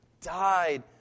died